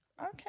okay